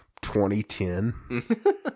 2010